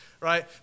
right